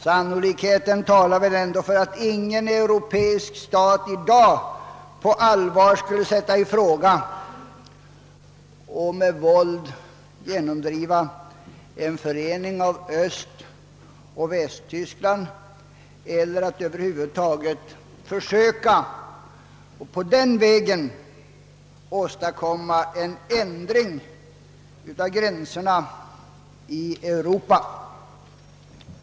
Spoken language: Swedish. Sannolikheten talar väl för att ingen europeisk stat i dag på allvar skulle sätta i fråga att med våld genomdriva en förening av Östoch Västtyskland eller att över huvud taget försöka på den vägen åstadkomma en ändring av gränserna i Europa.